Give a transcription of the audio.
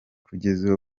kugeza